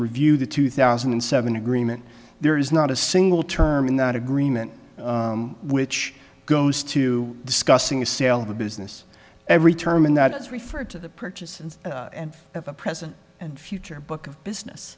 review the two thousand and seven agreement there is not a single term in that agreement which goes to discussing a sale of a business every term and that is referred to the purchases and at the present and future book of business